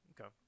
Okay